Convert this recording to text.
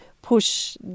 push